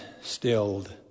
stilled